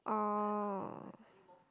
oh